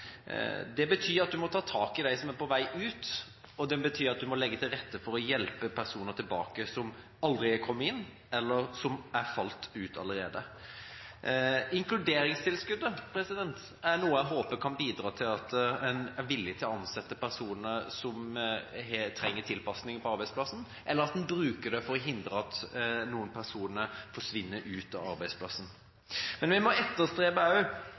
Det betyr at en må ta tak i dem som er på vei ut, og det betyr at en må legge til rette for å hjelpe personer som er falt ut, tilbake, eller hjelpe dem som aldri har kommet inn. Inkluderingstilskuddet er noe jeg håper kan bidra til at en er villig til å ansette personer som trenger tilpasning på arbeidsplassen, eller at en bruker det for å hindre at noen personer forsvinner ut av arbeidsplassen. Men vi må også etterstrebe